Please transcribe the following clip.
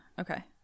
Okay